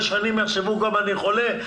והשכנים יחשבו כמה אני חולה,